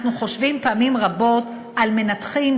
אנחנו חושבים פעמים רבות על מנתחים,